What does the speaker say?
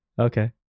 Okay